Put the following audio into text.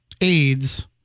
aids